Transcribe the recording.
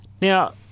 now